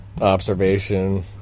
observation